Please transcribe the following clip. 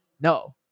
No